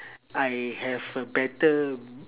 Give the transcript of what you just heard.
I have a better